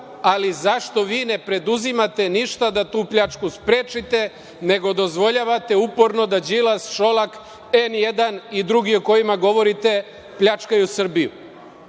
ali zašto vi ne preduzimate ništa da tu pljačku sprečite nego dozvoljavate uporno da Đilas, Šolak, N1 i drugi o kojima govorite pljačkaju Srbiju?